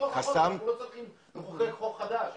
בתוך חוק התכנון והבנייה.